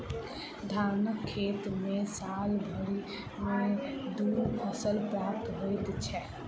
धानक खेत मे साल भरि मे दू फसल प्राप्त होइत छै